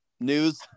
news